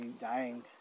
dying